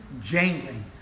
jangling